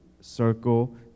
circle